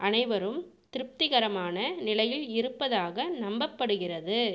அனைவரும் திருப்திகரமான நிலையில் இருப்பதாக நம்பப்படுகிறது